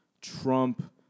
Trump